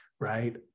right